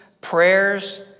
prayers